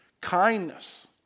kindness